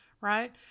right